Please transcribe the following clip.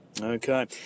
Okay